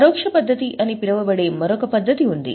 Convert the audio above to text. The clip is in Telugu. పరోక్ష పద్ధతి అని పిలువబడే మరొక పద్ధతి ఉంది